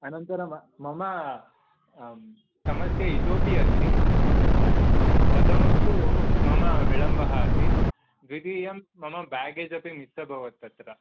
अनन्तरं मम समस्या इतोऽपि अस्ति प्रथमं तु मम विलम्बः आसीत् द्वितीयं मम बेग्गेज् अपि मिस् अभवत् तत्र